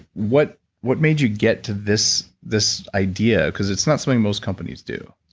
what what made you get to this this idea because it's not something most companies do